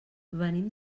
venim